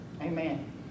amen